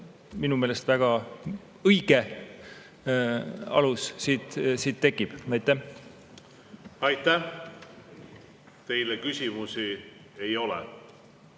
minu meelest väga õige alus. Aitäh! Aitäh! Teile küsimusi ei ole.